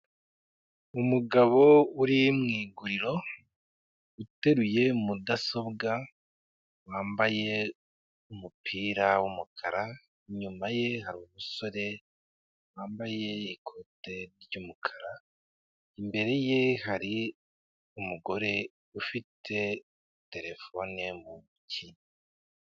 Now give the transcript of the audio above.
Umugabo uri mu iguriro, uteruye mudasobwa, wambaye umupira w'umukara, inyuma ye hari umusore wambaye ikote ry'umukara, imbere ye hari umugore ufite telefone mu ntoki.